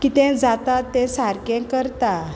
कितें जाता तें सारकें करता